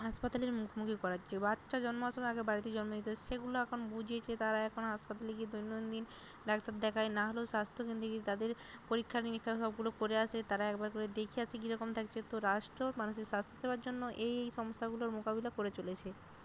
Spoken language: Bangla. হাসপাতালের মুখোমুখি করাচ্ছে বাচ্চা জন্মাবার সময় আগে বাড়িতে জন্ম নিত সেগুলো এখন বুঝিয়েছে তারা এখন হাসপাতালে গিয়ে দৈনন্দিন ডাক্তার দেখায় না হলেও স্বাস্থ্যকেন্দ্রে গিয়ে তাদের পরীক্ষা নিরীক্ষা সবগুলো করে আসে তারা একবার করে দেখিয়ে আসে কীরকম থাকছে তো রাষ্ট্র মানুষের স্বাস্থ্যসেবার জন্য এই এই সমস্যাগুলোর মোকাবিলা করে চলেছে